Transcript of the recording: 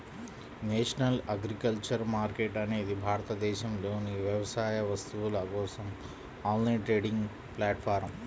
national agriculture market అనేది భారతదేశంలోని వ్యవసాయ వస్తువుల కోసం ఆన్లైన్ ట్రేడింగ్ ప్లాట్ఫారమ్